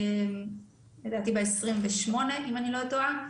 לדעתי ב-28 אם אני לא טועה.